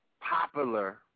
popular